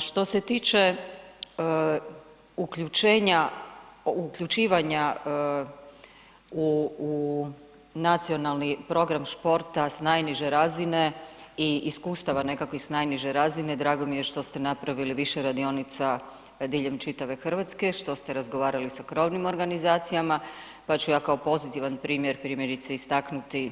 Što se tiče uključivanja u Nacionalni program športa s najniže razine i iskustava nekakvih sa najniže razine drago mi je što ste napravili više radionica diljem čitave Hrvatske, što ste razgovarali sa krovnim organizacijama pa ću ja kao pozitivan primjer primjerice istaknuti